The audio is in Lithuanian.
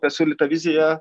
pasiūlyta vizija